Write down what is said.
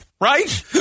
right